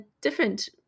different